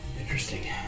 Interesting